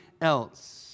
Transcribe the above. else